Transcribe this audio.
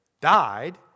died